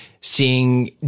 seeing